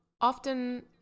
often